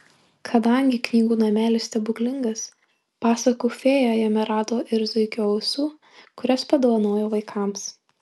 kadangi knygų namelis stebuklingas pasakų fėja jame rado ir zuikio ausų kurias padovanojo vaikams